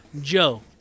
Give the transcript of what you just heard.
Joe